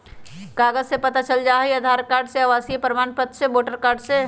कागज से पता चल जाहई, आधार कार्ड से, आवासीय प्रमाण पत्र से, वोटर कार्ड से?